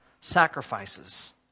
sacrifices